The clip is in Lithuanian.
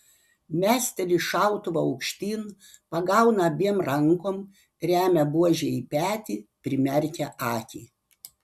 mesteli šautuvą aukštyn pagauna abiem rankom remia buožę į petį primerkia akį